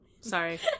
Sorry